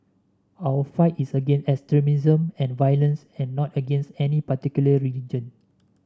our fight is against extremism and violence had not against any particular religion